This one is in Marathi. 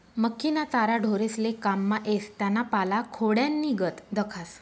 मक्कीना चारा ढोरेस्ले काममा येस त्याना पाला खोंड्यानीगत दखास